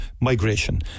migration